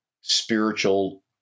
spiritual